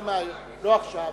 לא עכשיו,